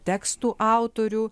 tekstų autorių